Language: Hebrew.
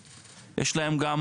יש להם המון אינטרסים,